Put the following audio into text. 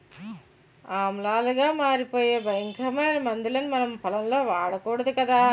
ఆమ్లాలుగా మారిపోయే భయంకరమైన మందుల్ని మనం పొలంలో వాడకూడదు కదా